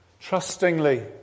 trustingly